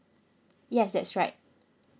yes that's right